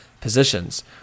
positions